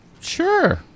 Sure